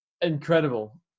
incredible